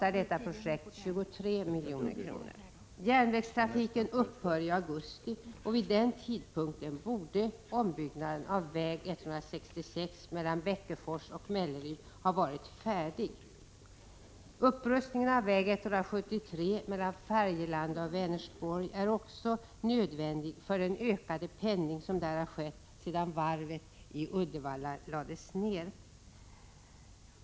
Järnvägstrafiken upphör i augusti. Vid den tidpunkten borde ombyggnaden av väg 166 mellan Bäckefors och Mellerud ha varit färdig. Upprustning av väg 173 mellan Färjelanda och Vänersborg är också nödvändig med tanke på den ökade pendling som skett sedan varvet i Uddevalla lades ner.